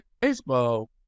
baseball